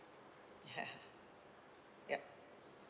yup